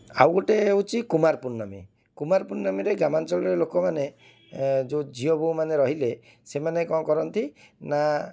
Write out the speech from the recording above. ଆଉ ଗୋଟେ ହେଉଛି କୁମାର ପୂର୍ଣ୍ଣମୀ କୁମାର ପୂର୍ଣ୍ଣମୀରେ ଗ୍ରାମାଞ୍ଚଳରେ ଲୋକମାନେ ଯେଉଁ ଝିଅ ବୋହୂମାନେ ରହିଲେ ସେମାନେ କ'ଣ କରନ୍ତି ନା